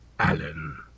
Alan